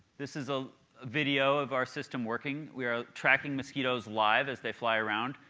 this is a video of our system working. we are tracking mosquitos live as they fly around.